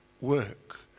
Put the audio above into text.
work